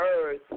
earth